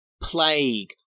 Plague